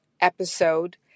episode